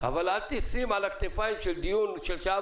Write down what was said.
אבל אל תשים על הכתפיים של דיון של שעה